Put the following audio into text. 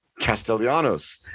Castellanos